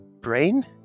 Brain